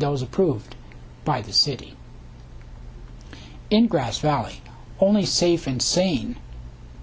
those approved by the city in grass valley only safe and sane